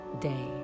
day